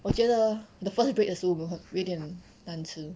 我觉得 the first break 的时候我们会有一点担心